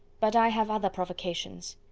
but i have other provocations.